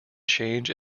change